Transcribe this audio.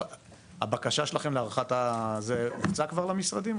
הבקשה שלכם להארכת ה --- כבר הופצה למשרדים?